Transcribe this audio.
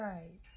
Right